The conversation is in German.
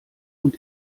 und